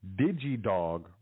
DigiDog